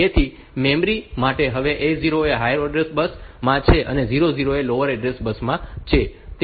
તેથી મેમરી માટે હવે A0 એ હાયર ઓર્ડર એડ્રેસ બસ માં છે અને 00 લોઅર ઓર્ડર એડ્રેસ બસ માં છે